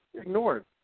ignored